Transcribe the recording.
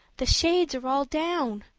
the shades are all down,